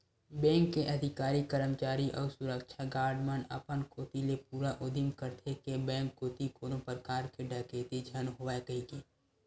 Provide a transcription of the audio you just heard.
bank के अधिकारी, करमचारी अउ सुरक्छा गार्ड मन अपन कोती ले पूरा उदिम करथे के बेंक कोती कोनो परकार के डकेती झन होवय कहिके